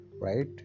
right